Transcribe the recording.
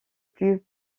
plus